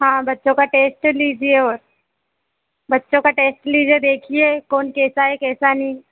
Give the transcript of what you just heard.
हाँ बच्चों का टेस्ट लीजिए बच्चों का टेस्ट लीजिए देखिए कौन कैसा है कैसा नहीं